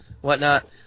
whatnot